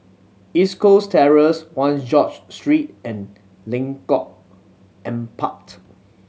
East Coast Terrace Ones George Street and Lengkong Empat